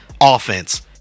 offense